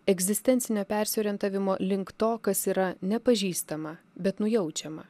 egzistencinio persiorientavimo link to kas yra nepažįstama bet nujaučiama